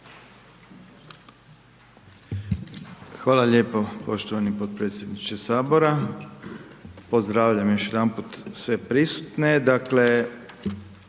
Hvala lijepo poštovani potpredsjedniče Sabora. Pozdravljam predlagatelje Zakona,